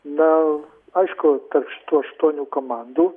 na aišku tarp tų aštuonių komandų